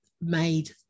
made